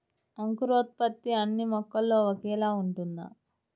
అంకురోత్పత్తి అన్నీ మొక్కలో ఒకేలా ఉంటుందా?